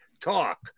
talk